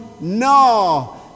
No